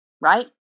right